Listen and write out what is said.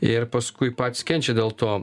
ir paskui patys kenčia dėl to